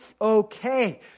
okay